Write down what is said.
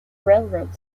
railroad